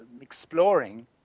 exploring